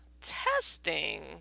testing